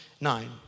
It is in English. nine